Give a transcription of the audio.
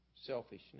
Selfishness